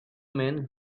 man